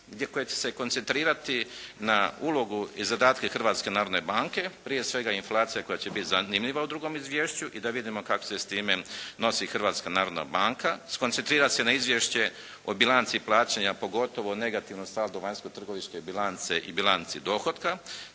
koje će se koncentrirati na ulogu i zadatke Hrvatske narodne banke prije svega inflacija koja će biti zanimljiva u drugom izvješću i da vidimo kako se s time nosi Hrvatska narodna banka. Skoncentrirati se na izvješće o bilanci plaćanja, pogotovo negativan stav vanjsko-trgovinske bilance i bilance dohotka,